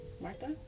Martha